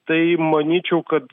tai manyčiau kad